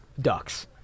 Ducks